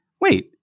Wait